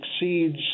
exceeds